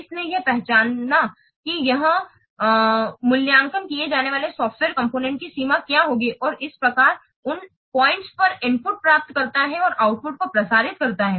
इसलिए यह पहचानता है कि मूल्याङ्कन किए जाने वाले सॉफ़्टवेयर कॉम्पोनेन्ट software component की सीमा क्या होगी और इस प्रकार यह उन पॉइंट पर इनपुट प्राप्त करता है और आउटपुट को प्रसारित करता है